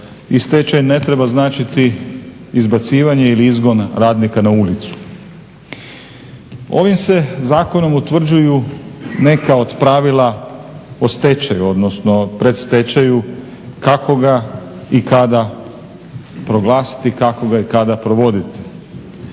stečaj ne treba značiti izbacivati ili izgon radnika na ulicu. Ovim se zakonom utvrđuju neka od pravila o stečaju odnosno predstečaju kako ga i kada proglasiti kako ga i kada provoditi.